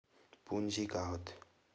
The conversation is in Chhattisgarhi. पूंजी का होथे?